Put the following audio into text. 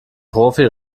profi